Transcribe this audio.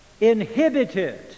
inhibited